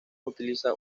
utiliza